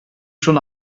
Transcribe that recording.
schon